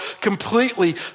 Completely